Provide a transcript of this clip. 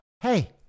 hey